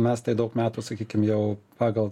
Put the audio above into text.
mes tai daug metų sakykim jau pagal